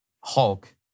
Hulk